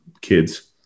kids